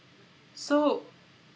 so